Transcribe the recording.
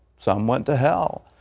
some went to hell,